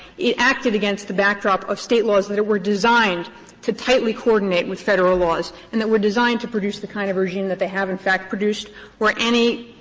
it acted against the backdrop of state laws that were designed to tightly coordinate with federal laws and that were designed to produce the kind of regime that they have, in fact, produced for any